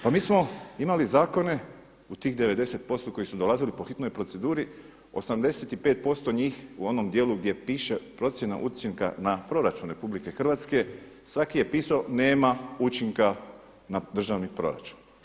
Pa mi smo imali zakone u tih 90% koji su dolazili po hitnoj proceduri 85% njih u onom dijelu gdje piše, procjena učinka na proračun RH, svaki je pisao nema učinka na državni proračun.